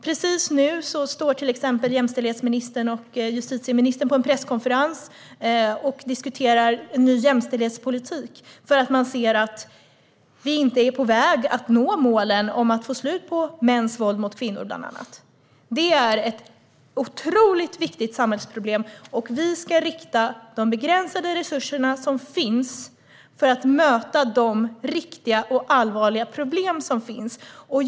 Precis nu står till exempel jämställdhetsministern och justitieministern på en presskonferens och diskuterar en ny jämställdhetspolitik, eftersom man ser att vi inte är på väg att nå målen om att bland annat få slut på mäns våld mot kvinnor. Det är ett otroligt viktigt samhällsproblem, och vi ska rikta de begränsade resurser som finns för att möta de riktiga och allvarliga problem som finns.